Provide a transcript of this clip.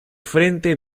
frente